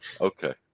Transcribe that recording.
okay